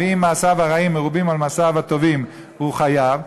ואם מעשיו הרעים מרובים על מעשיו הטובים הוא חייב,